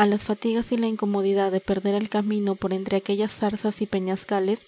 á las fatigas y la incomodidad de perder el camino por entre aquellas zarzas y peñascales